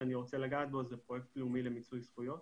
שאני רוצה לגעת בו זה פרויקט לאומי למיצוי זכויות.